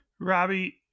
Robbie